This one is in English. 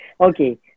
Okay